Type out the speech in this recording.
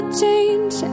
change